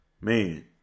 man